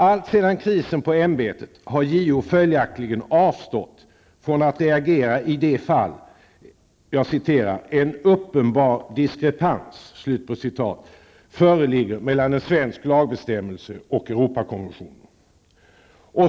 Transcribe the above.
Alltsedan krisen på ämbetet har JO följaktligen avstått från att reagera i de fall ''en uppenbar diskrepans'' föreligger mellan en svensk lagbestämmelse och Europakonventionen.